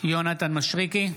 יונתן מישרקי,